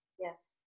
yes